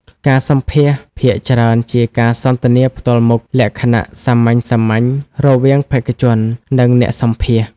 ការសម្ភាសន៍ភាគច្រើនជាការសន្ទនាផ្ទាល់មុខលក្ខណៈសាមញ្ញៗ រវាងបេក្ខជន និងអ្នកសម្ភាសន៍។